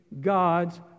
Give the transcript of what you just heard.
God's